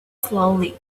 slowly